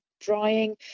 drying